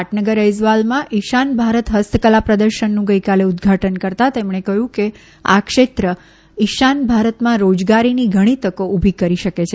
પાટનગર ઐઝવાલમાં ઇશાન ભારત ફસ્તકલા પ્રદર્શનનું ગઇકાલે ઉદ્દઘાટન કરતા તેમણે કહ્યું કે આ ક્ષેત્ર ઇશાન ભારતમાં રોજગારીની ઘણી તકો ઉભી કરી શકે છે